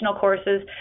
courses